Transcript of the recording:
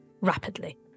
rapidly